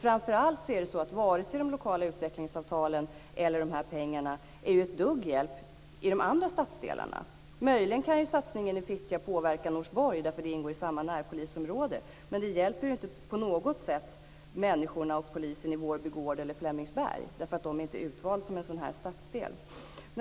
Framför allt är det så att varken de lokala utvecklingsavtalen eller pengarna är till någon hjälp i de andra statsdelarna. Möjligen kan satsningen i Fittja påverka Norsborg eftersom de ingår i samma närpolisområde. Men det hjälper ju inte på något sätt människorna och polisen i Vårby gård eller Flemingsberg. De är ju inte utvalda som en sådan här stadsdel.